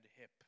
hip